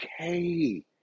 okay